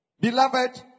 Beloved